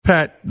Pat